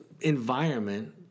environment